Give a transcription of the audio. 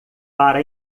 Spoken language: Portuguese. para